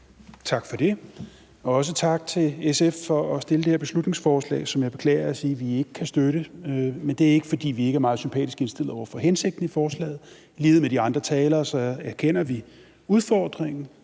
Tak for det, og også tak til SF for at fremsætte det her beslutningsforslag, som jeg beklager at måtte sige at vi ikke kan støtte. Men det er ikke, fordi vi ikke er meget sympatisk indstillet over for hensigten i forslaget. I lighed med de andre talere erkender vi udfordringen